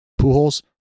Pujols